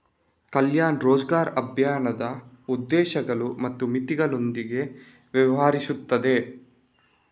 ಕಲ್ಯಾಣ್ ರೋಜ್ಗರ್ ಅಭಿಯಾನದ ಉದ್ದೇಶಗಳು ಮತ್ತು ಮಿತಿಗಳೊಂದಿಗೆ ವ್ಯವಹರಿಸುತ್ತದೆ